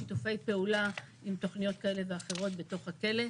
שיתופי פעולה עם תוכניות כאלה ואחרות בתוך הכלא,